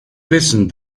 wissen